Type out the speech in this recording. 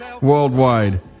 worldwide